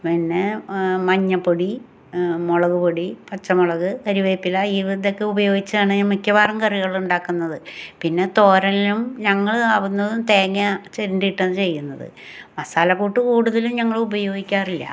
പിന്നെ മഞ്ഞപ്പൊടി മുളക് പൊടി പച്ചമുളക് കരിവേപ്പില ഈ ഇതൊക്കെ ഉപയോഗിച്ചാണ് മിക്കവാറും കറികളുണ്ടാക്കുന്നത് പിന്നെ തോരനിലും ഞങ്ങൾ ആവുന്നതും തേങ്ങ ചെരണ്ടിയിട്ടാണ് ചെയ്യുന്നത് മസാലക്കൂട്ട് കൂടുതലും ഞങ്ങൾ ഉപയോഗിക്കാറില്ല